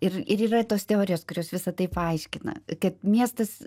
ir ir yra tos teorijos kurios visą tai paaiškina kad miestas